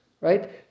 right